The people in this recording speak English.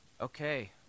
Okay